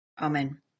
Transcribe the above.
Amen